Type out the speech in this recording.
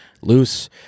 loose